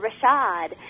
Rashad